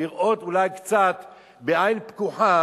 לראות אולי קצת בעין פקוחה